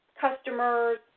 customers